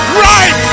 right